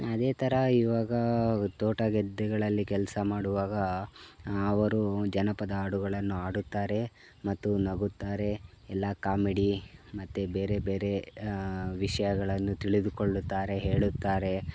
ಅದೇ ಥರ ಇವಾಗ ತೋಟ ಗದ್ದೆಗಳಲ್ಲಿ ಕೆಲಸ ಮಾಡುವಾಗ ಅವರು ಜನಪದ ಹಾಡುಗಳನ್ನು ಹಾಡುತ್ತಾರೆ ಮತ್ತು ನಗುತ್ತಾರೆ ಇಲ್ಲ ಕಾಮಿಡಿ ಮತ್ತು ಬೇರೆ ಬೇರೆ ವಿಷಯಗಳನ್ನು ತಿಳಿದುಕೊಳ್ಳುತ್ತಾರೆ ಹೇಳುತ್ತಾರೆ